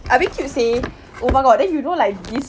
I mean to say oh my god then you know like this